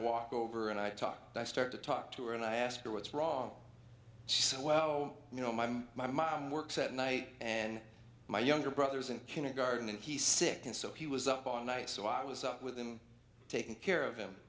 walk over and i talk i start to talk to her and i ask her what's wrong she said well you know my mom my mom works at night and my younger brother's in kindergarten and he's sick and so he was up all night so i was up with him taking care of him